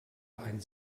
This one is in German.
ein